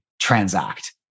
transact